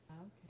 Okay